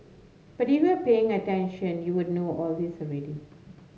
but if you were paying attention you will know all this already